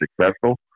successful